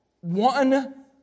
one